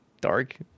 dark